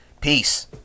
peace